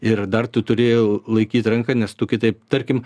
ir dar tu turi laikyt ranką nes tu kitaip tarkim